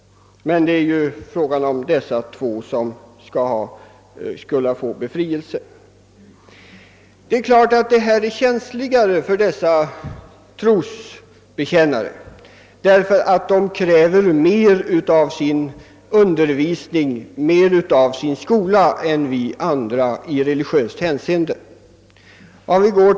Men det är hittills endast fråga om dessa två förut nämnda grupper som skall kunna få befrielse. Det är klart att det är mera känsligt för dessa trosbekännare, därför att de kräver mer av sin skola i religiöst hänseende än vi andra.